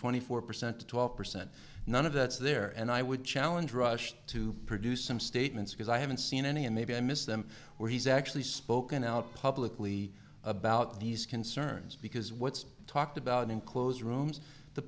twenty four percent to twelve percent none of that's there and i would challenge rush to produce some statements because i haven't seen any and maybe i missed them where he's actually spoken out publicly about these concerns because what's talked about in closed rooms the